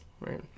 right